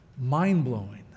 Mind-blowing